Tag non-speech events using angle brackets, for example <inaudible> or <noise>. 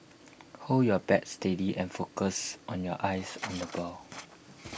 hold your bat steady and focus on your eyes <noise> on the ball